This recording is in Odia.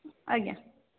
ଆଜ୍ଞା